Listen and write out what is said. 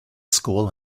school